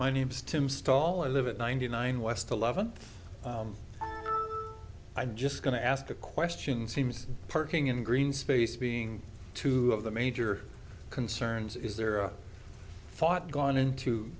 my name's tim stall i live at ninety nine west eleventh i'm just going to ask the question seems parking and green space being two of the major concerns is there a thought gone into